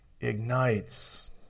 ignites